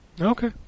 Okay